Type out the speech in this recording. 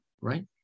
right